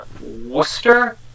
Worcester